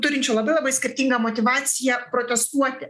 turinčių labai labai skirtingą motyvaciją protestuoti